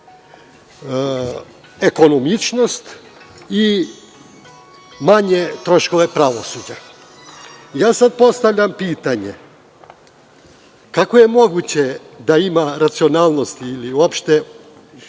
ekonomičnost i manje troškove pravosuđa. Sada postavljam pitanje – kako je moguće da ima racionalnosti ili uopšte